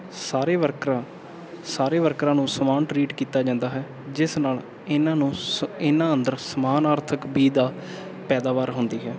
ਸਾਰੇ ਵਰਕਰਾਂ ਸਾਰੇ ਵਰਕਰਾਂ ਨੂੰ ਸਮਾਨ ਟ੍ਰੀਟ ਕੀਤਾ ਜਾਂਦਾ ਹੈ ਜਿਸ ਨਾਲ ਇਹਨਾਂ ਨੂੰ ਸ ਇਹਨਾਂ ਅੰਦਰ ਸਮਾਨਾਰਥਕ ਬੀ ਦਾ ਪੈਦਾਵਾਰ ਹੁੰਦੀ ਹੈ